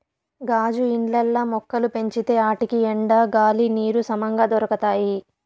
గాజు ఇండ్లల్ల మొక్కలు పెంచితే ఆటికి ఎండ, గాలి, నీరు సమంగా దొరకతాయి